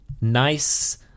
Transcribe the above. nice